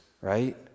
right